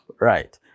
Right